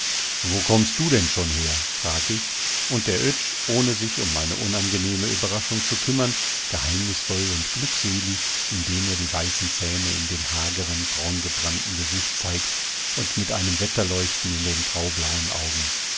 wo kommst denn du schon her frag ich und der oetsch ohne sich um meine unangenehme überraschung zu kümmern geheimnisvoll und glückselig indem er die weißen zähne in dem hageren braungebrannten gesicht zeigt und mit einem wetterleuchten in den graublauen augen